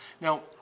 Now